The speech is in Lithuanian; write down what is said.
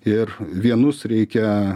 ir vienus reikia